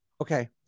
okay